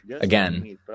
again